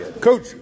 coach